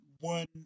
one